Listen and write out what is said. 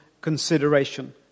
consideration